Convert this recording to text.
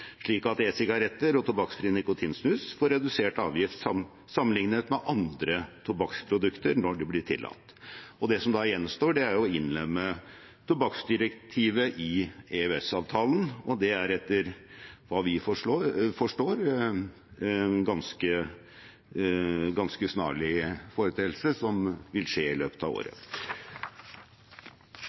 slik at e-sigaretter og tobakksfri nikotinsnus får redusert avgift sammenlignet med andre tobakksprodukter når de blir tillatt. Det som gjenstår, er å innlemme tobakksdirektivet i EØS-avtalen, og det vil, etter hva vi forstår, skje ganske snarlig i løpet av året.